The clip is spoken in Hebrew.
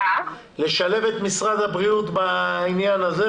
לשלב את משרד הבריאות בעניין הזה,